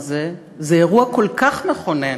זה אירוע כל כך מכונן,